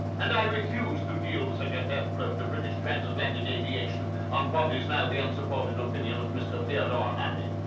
and i refuse to deal such a deathblow to british transatlantic aviation. on what is now the unsupported opinion of mr. theodore honey.